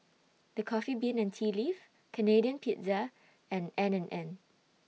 The Coffee Bean and Tea Leaf Canadian Pizza and N and N